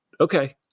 Okay